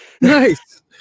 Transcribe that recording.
nice